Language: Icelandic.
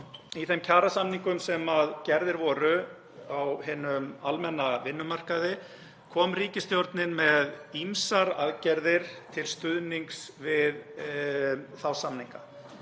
í þeim kjarasamningum sem gerðir voru á hinum almenna vinnumarkaði kom ríkisstjórnin með ýmsar aðgerðir til stuðnings við þá samninga.